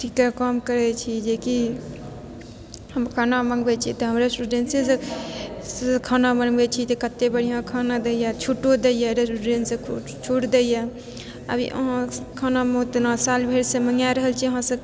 अथिके कम करैत छी जेकि हम खाना मँगबैत छी तऽ रेस्टुरेन्टेसँ खाना मँगबैत छी कत्तेक बढ़िआँ खाना दैए छूटो दैए रेस्टुरेन्ट छूट दैए अभी अहाँ खानामे उतना साल भरिसँ मँगाए रहल छी अहाँसँ